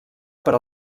per